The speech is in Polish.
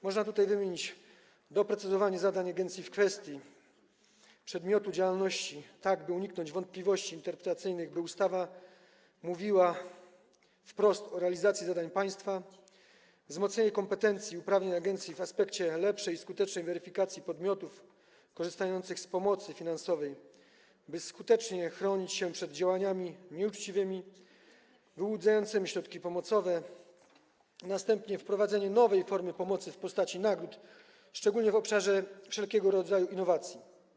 Można tutaj wymienić doprecyzowanie zadań agencji w kwestii przedmiotu działalności, tak by uniknąć wątpliwości interpretacyjnych, by ustawa mówiła wprost o realizacji zadań państwa, wzmocnienie kompetencji uprawnień agencji w aspekcie lepszej i skuteczniejszej weryfikacji podmiotów korzystających z pomocy finansowej, by skutecznie chronić się przed działaniami nieuczciwymi, prowadzącymi do wyłudzania środków pomocowych, następnie wprowadzenie nowej formy pomocy w postaci nagród, szczególnie w obszarze wszelkiego rodzaju innowacji.